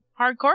hardcore